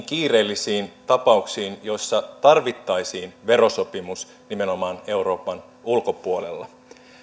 kiireellisiin tapauksiin joissa tarvittaisiin verosopimus nimenomaan euroopan ulkopuolella